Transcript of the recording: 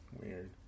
weird